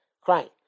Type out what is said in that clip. crying